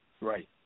Right